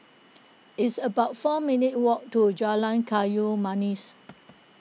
it's about four minutes' walk to Jalan Kayu Manis